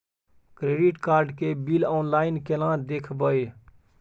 Credit card के bill online केना देखबय?